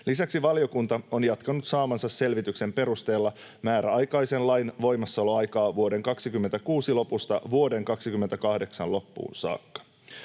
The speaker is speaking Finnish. Lisäksi valiokunta on jatkanut saamansa selvityksen perusteella määräaikaisen lain voimassaoloaikaa vuoden 26 lopusta vuoden 28 loppuun saakka.